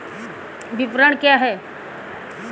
विपणन क्या है?